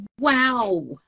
Wow